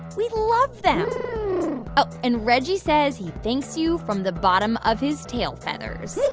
we love them oh, and reggie says he thanks you from the bottom of his tail feathers